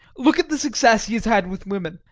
look at the success he has had with women!